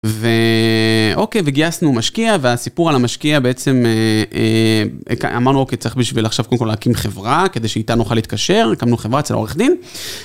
ו...אוקיי וגייסנו משקיע והסיפור על המשקיע בעצם אמרנו אוקיי צריך בשביל עכשיו קודם כל להקים חברה כדי שאיתה נוכל להתקשר, הקמנו חברה אצל עורך דין.